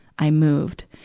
i moved.